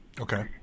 Okay